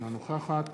אינה נוכחת